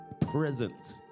present